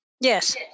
Yes